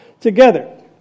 together